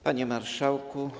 Panie Marszałku!